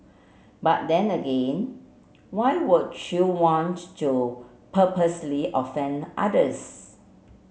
but then again why would you want to purposely offend others